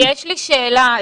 יש לי שאלה.